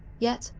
yet,